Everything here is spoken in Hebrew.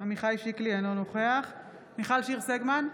אינו נוכח מיכל שיר סגמן,